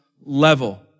level